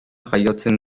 jaiotzen